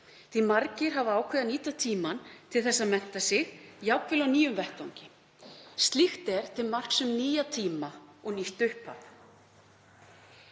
að margir hafa ákveðið að nýta tímann til að mennta sig, jafnvel á nýjum vettvangi. Slíkt er til marks um nýja tíma og nýtt upphaf.